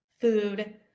food